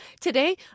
Today